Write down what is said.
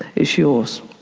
it's yours.